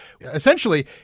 Essentially